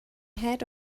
head